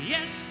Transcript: Yes